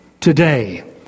today